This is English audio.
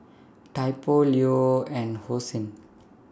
Typo Leo and Hosen